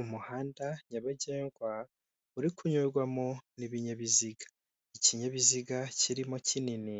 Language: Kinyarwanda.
Umuhanda nyabagendwa uri kunyurwamo n'ibinyabiziga, ikinyabiziga kirimo kinini